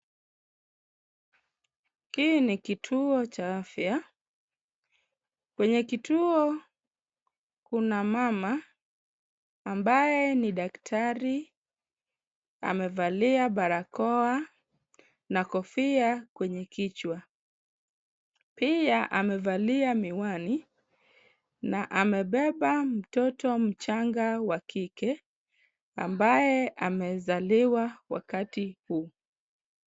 Hii ni kituo cha afya, kwenye kituo kuna mama ambaye ni daktari amevalia barakoa na kofia kwenye kichwa. Pia amevalia miwani na amebeba mtoto mchanga wa kike ambaye amezaliwa wakati huu.